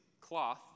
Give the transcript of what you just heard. cloth